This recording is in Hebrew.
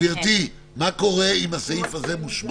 גברתי, מה קורה אם הסעיף הזה מושמט?